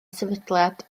sefydliad